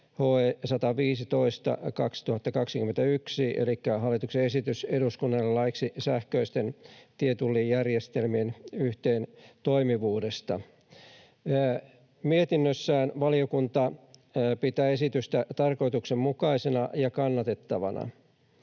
HE 115/2021 elikkä hallituksen esitys eduskunnalle laiksi sähköisten tietullijärjestelmien yhteentoimivuudesta. Mietinnössään valiokunta pitää esitystä tarkoituksenmukaisena ja kannatettavana.